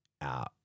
out